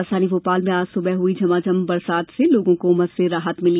राजधानी भोपाल में आज सुबह हुई झमाझम बारिश से लोगों को उमस से राहत मिली